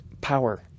power